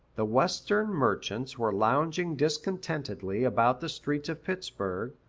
the western merchants were lounging discontentedly about the streets of pittsburg,